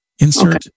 Insert